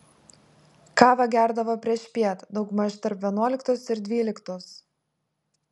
kavą gerdavo priešpiet daugmaž tarp vienuoliktos ir dvyliktos